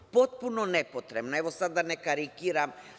Potpuno nepotrebno, da ne karikiram.